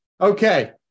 Okay